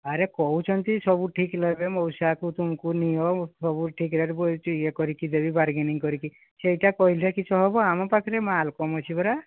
ଆରେ କହୁଛନ୍ତି ସବୁ ଠିକ୍ ନେବେ ମଉସାକୁ ତୁମକୁ ନିଅ ସବୁ ଠିକ୍ ରେଟ୍ ପଡ଼ିଛି ଇଏ କରିକି ଦେବି ବାରଗେନିଂ କରିକି ସେଇଟା କହିଲେ କିସ ହେବ ଆମ ପାଖରେ ମାଲ୍ କମ୍ ଅଛି ପରା